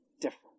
different